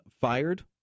fired